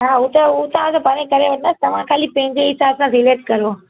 हा उहो त उहो त असां पाण करे वठंदासीं तव्हां ख़ाली पंहिंजे हिसाबु सां सीलेक्ट करो